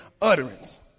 utterance